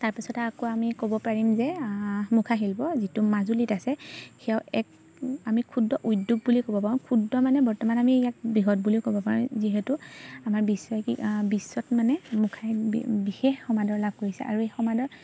তাৰপিছতে আকৌ আমি ক'ব পাৰিম যে মুখাশিল্প যিটো মাজুলীত আছে সেয়াও এক আমি ক্ষুদ্ৰ উদ্যোগ বুলি ক'ব পাৰোঁ ক্ষুদ্ৰ মানে বৰ্তমান আমি ইয়াক বৃহৎ বুলিও ক'ব পাৰোঁ যিহেতু আমাৰ বিশ্বক কি বিশ্বত মানে মুখাই বিশেষ সমাদৰ লাভ কৰিছে আৰু এই সমাদৰ